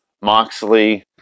Moxley